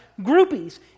groupies